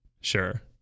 Sure